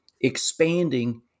expanding